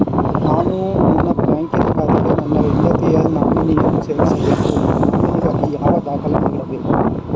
ನಾನು ನನ್ನ ಬ್ಯಾಂಕಿನ ಖಾತೆಗೆ ನನ್ನ ಹೆಂಡತಿಯ ನಾಮಿನಿಯನ್ನು ಸೇರಿಸಬೇಕು ನಾಮಿನಿಗಾಗಿ ಯಾವ ದಾಖಲೆ ನೀಡಬೇಕು?